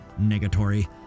Negatory